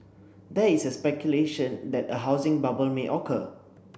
there is speculation that a housing bubble may occur